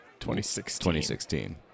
2016